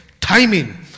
timing